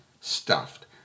stuffed